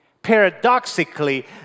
Paradoxically